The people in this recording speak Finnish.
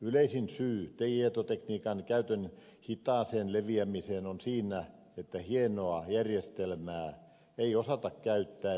yleisin syy tietotekniikan käytön hitaaseen leviämiseen on siinä että hienoa järjestelmää ei osata käyttää riittävästi